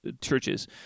churches